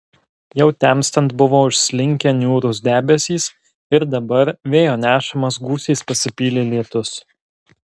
jau temstant buvo užslinkę niūrūs debesys ir dabar vėjo nešamas gūsiais pasipylė lietus